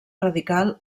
radical